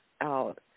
out